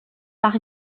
par